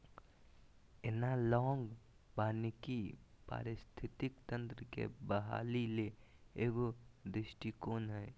analogue वानिकी पारिस्थितिकी तंत्र के बहाली ले एगो दृष्टिकोण हइ